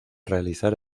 realizar